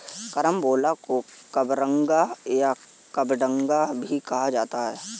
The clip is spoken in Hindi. करम्बोला को कबरंगा या कबडंगा भी कहा जाता है